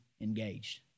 engaged